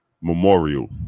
Memorial